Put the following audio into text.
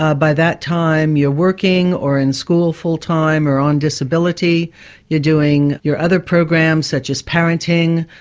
ah by that time you're working, or in school full-time or on disability you're doing your other programs, such as parenting,